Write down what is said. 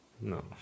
No